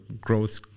growth